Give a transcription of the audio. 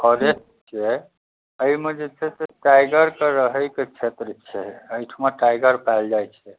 forest छै एहिमे जे छै से टाइगरके रहैके क्षेत्र छै एहिठमा टाइगर पायल जाइ छै